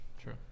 True